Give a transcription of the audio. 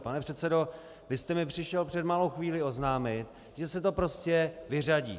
Pane předsedo, vy jste mi přišel před malou chvílí oznámit, že se to prostě vyřadí.